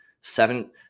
Seven